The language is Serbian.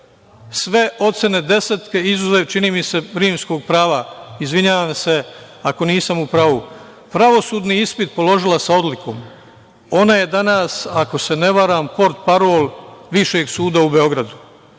sve ocene desetke izuzev, čini mi se, Rimskog prava. Izvinjavam se ako nisam u pravu. Pravosudni ispit položila sa odlikom. Ona je danas, ako se ne varam, portparol Višeg suda u Beogradu. Ja